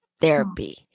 therapy